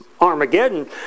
Armageddon